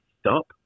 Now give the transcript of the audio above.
stop